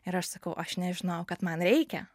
ir aš sakau aš nežinojau kad man reikia